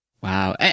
Wow